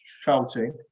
shouting